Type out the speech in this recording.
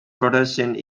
productions